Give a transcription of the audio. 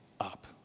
up